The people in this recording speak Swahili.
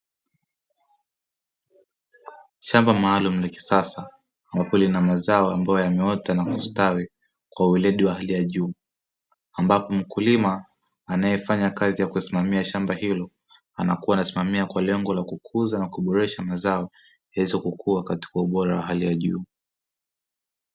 Shamba maalumu la kisasa , ambapo lina mazao ambayo yameota na kustawi kwa weledi wa hali ya juu, ambapo mkulima anaefanya kazi ya kusimamia shamba hilo anakuwa anasimamia kwa lengo la kukuza na kuboresha mazao, yaweze kukua katika ubora wa hali ya juu.